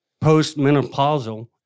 post-menopausal